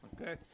Okay